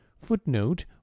Footnote